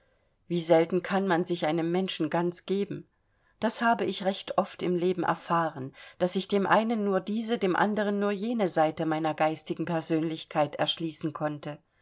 wie selten kann man sich einem menschen ganz geben das habe ich recht oft im leben erfahren daß ich dem einen nur diese dem anderen nur jene seite meiner geistigen persönlichkeit erschließen konnte